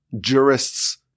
jurists